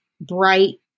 bright